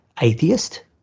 atheist